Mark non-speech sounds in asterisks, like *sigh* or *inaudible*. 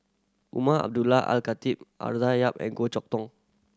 Umar Abdullah Al Khatib *unintelligible* Yap and Goh Chok Tong